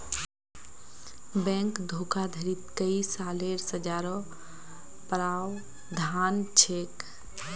bank धोखाधडीत कई सालेर सज़ारो प्रावधान छेक